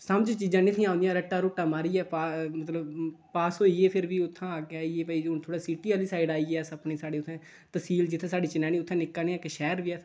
समझ चीजां नेही औंदियां रट्टा रुट्टा मारियै पा मतलब पास होई गे फिर बी उत्थै अग्गै आई गै गे भई हून थोह्ड़ा सिटी आह्ली साइड आई गे अस अपने साढ़ै उत्थै तसील जित्थै साढ़ी चनैनी उत्थै निक्का नेहा इक शैह्र बी ऐ